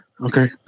Okay